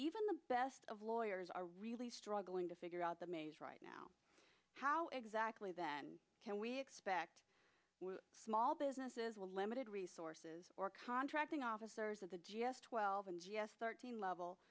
even the best of lawyers are really struggling to figure out the maze right now how exactly then can we expect small businesses were limited resources or contracting officers of the g s twelve and g s thirteen level